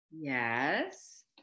Yes